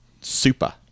super